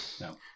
No